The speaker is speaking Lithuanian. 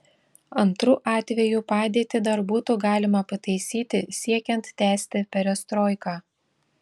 antru atveju padėtį dar būtų galima pataisyti siekiant tęsti perestroiką